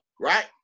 right